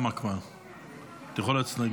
הכנסת,